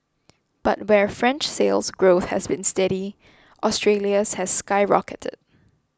but where French Sales Growth has been steady Australia's has skyrocketed